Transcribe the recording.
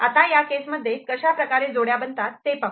आता या केस मध्ये कशाप्रकारे जोड्या बनतात ते पाहू